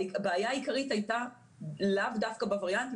הבעיה העיקרית הייתה לאו דווקא בווריאנטים